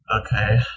okay